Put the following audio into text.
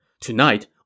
Tonight